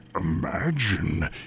Imagine